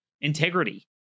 integrity